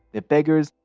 the beggars,